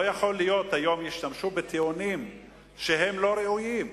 לא יכול להיות שהיום ישתמשו בטיעונים שהם לא ראויים,